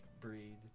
breed